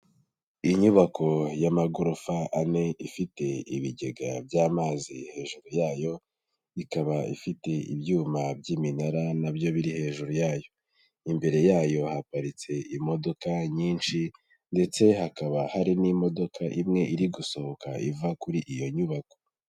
Inyubako y'amagorofa ane ifite ibigega by'amazi hejuru yayo, ikaba ifite ibyuma by'iminara nabyo biri hejuru yayo, imbere yayo haparitse imodoka nyinshi ndetse hakaba hari n'imodoka imwe iri gusohoka iva kuri iyo nyubako.